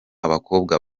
abakobwa